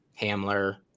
Hamler